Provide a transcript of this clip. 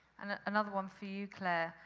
and and another one for you, clair.